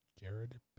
Jared